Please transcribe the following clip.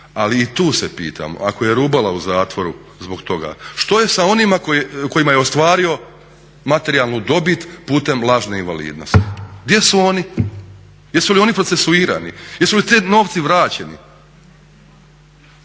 Ali i tu se pitam, ako je Rubala u zatvoru zbog toga, što je sa onima kojima je ostvario materijalnu dobit putem lažne invalidnosti? Gdje su oni? Jesu li oni procesuirani, jesu li ti novci vraćeni?